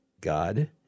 God